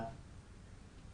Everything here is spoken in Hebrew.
אז